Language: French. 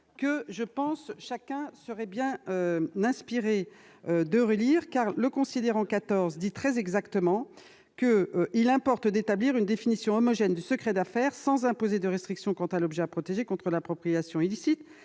14, que chacun serait bien inspiré de relire, il indique très exactement :« Il importe d'établir une définition homogène du secret d'affaires sans imposer de restrictions quant à l'objet à protéger contre l'appropriation illicite.